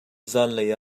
zaanlei